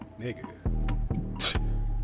nigga